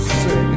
say